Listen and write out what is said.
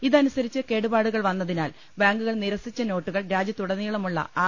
ഇത നുസരിച്ച് കേടുപാടുകൾ വന്നതിനാൽ ബാങ്കുകൾ നിരസിച്ച നോട്ടുകൾ രാജ്യത്തുടനീളമുള്ള ആർ